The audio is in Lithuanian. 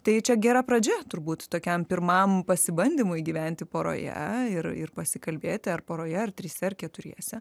tai čia gera pradžia turbūt tokiam pirmam pasibandymui gyventi poroje ir ir pasikalbėti ar poroje ar trise keturiese